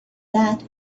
that